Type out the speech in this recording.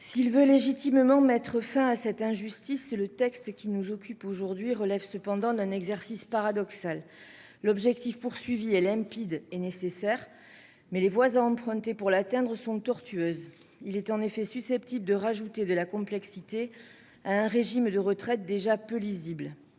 veulent légitimement mettre fin à cette injustice, cette proposition de loi relève cependant d'un exercice paradoxal : l'objectif est limpide et nécessaire, mais les voies à emprunter pour l'atteindre sont tortueuses et susceptibles d'ajouter de la complexité à un régime de retraite déjà peu lisible.